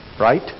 Right